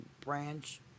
branch